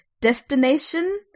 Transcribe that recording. Destination